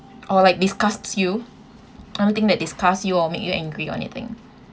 or like disgusts you anything that disgusts you or make you angry or anything